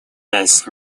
весь